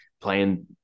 playing